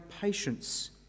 patience